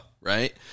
Right